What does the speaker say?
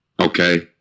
Okay